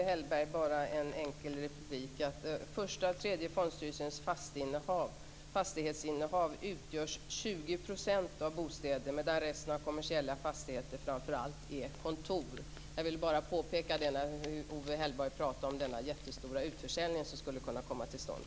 Herr talman! En enkel replik till Owe Hellberg. Första och tredje fondstyrelsernas fastighetsinnehav utgörs till 20 % av bostäder och resten är kommersiella fastigheter, framför allt kontor. Jag ville påpeka detta eftersom Owe Hellberg pratade om denna jättestora utförsäljning som skulle kunna komma till stånd.